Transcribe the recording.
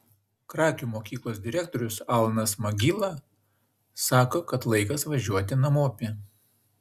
krakių mokyklos direktorius alanas magyla sako kad laikas važiuot namopi